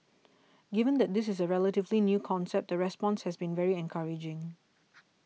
given that this is a relatively new concept the response has been very encouraging